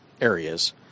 areas